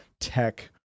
tech